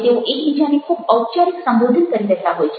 તેઓ એકબીજાને ખૂબ ઔપચારિક સંબોધન કરી રહ્યા હોય છે